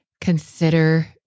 consider